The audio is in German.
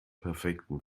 perfekten